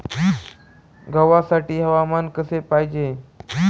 गव्हासाठी हवामान कसे पाहिजे?